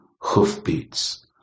hoofbeats